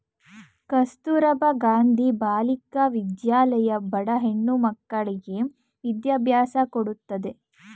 ಕಸ್ತೂರಬಾ ಗಾಂಧಿ ಬಾಲಿಕಾ ವಿದ್ಯಾಲಯ ಬಡ ಹೆಣ್ಣ ಮಕ್ಕಳ್ಳಗೆ ವಿದ್ಯಾಭ್ಯಾಸ ಕೊಡತ್ತದೆ